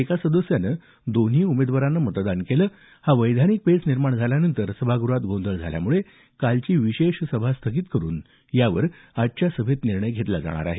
एका सदस्यानं दोन्ही उमेदवारांना मतदान केलं हा वैधानिक पेच निर्माण झाल्यानंतर सभागृहात गोंधळ झाल्यामुळे कालची विशेष सभा स्थगित करून यावर आजच्या सभेत निर्णय घेतला जाणार आहे